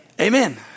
Amen